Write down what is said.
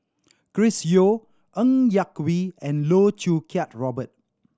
Chris Yeo Ng Yak Whee and Loh Choo Kiat Robert